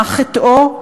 מה חטאו?